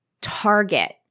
target